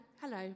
Hello